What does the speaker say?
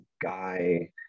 guy